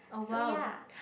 so ya